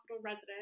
resident